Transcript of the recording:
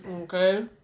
Okay